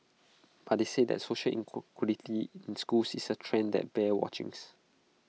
but they said that social inequality in schools is A trend that bears watchings